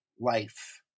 life